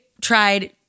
tried